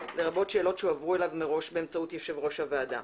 לרבות שאלות שהועברו אליו מראש באמצעות יושב ראש הוועדה.